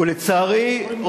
ולצערי,